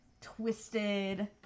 twisted